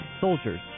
soldiers